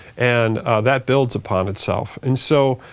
and that builds upon itself. and so,